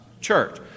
church